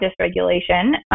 dysregulation